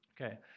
Okay